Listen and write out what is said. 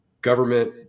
government